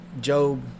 Job